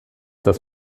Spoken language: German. dass